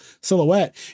silhouette